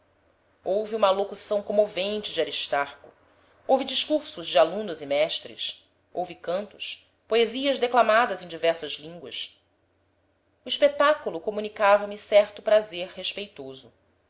houve uma alocução comovente de aristarco houve discursos de alunos e mestres houve cantos poesias declamadas em diversas línguas o espetáculo comunicava me certo prazer repeitoso